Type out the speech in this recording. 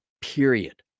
period